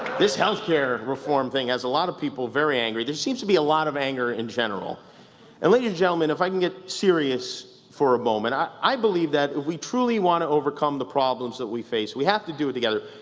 this health care reform thing has a lot of people very angry. there seems to be a lot of anger in general. and ladies and gentlemen, if i can get serious for a moment. i i believe that if we truly want to overcome the problems that we face, we have to do it together.